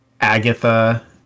Agatha